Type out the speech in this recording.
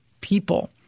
people